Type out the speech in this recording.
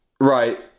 right